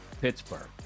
pittsburgh